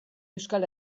euskal